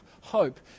hope